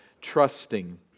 trusting